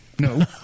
No